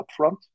upfront